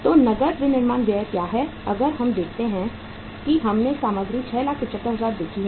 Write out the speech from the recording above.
तो नकद विनिर्माण व्यय क्या है अगर हम देखते हैं कि हमने सामग्री 675000 देखी है